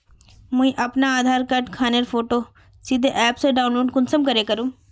मुई अपना आधार कार्ड खानेर फोटो सीधे ऐप से डाउनलोड कुंसम करे करूम?